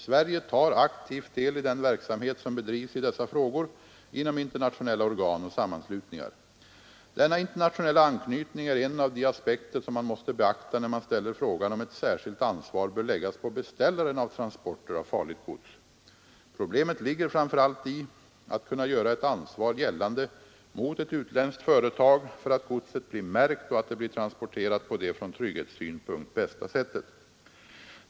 Sverige tar aktivt del i den verksamhet som bedrivs i dessa frågor inom internationella organ och sammanslutningar. Denna internationella anknytning är en av de aspekter som man måste beakta när man ställer frågan om ett särskilt ansvar bör läggas på beställaren av transporter av farligt gods. Problemet ligger framför allt i att kunna göra ett ansvar gällande mot ett utländskt företag för att godset blir märkt och att det blir transporterat på det från trygghetssynpunkt bästa sättet.